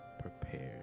prepared